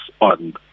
on